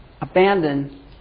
abandon